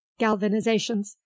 galvanizations